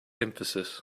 emphasis